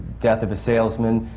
death of a salesman,